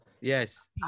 Yes